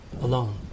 alone